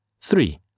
Three